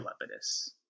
Lepidus